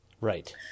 Right